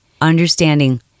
understanding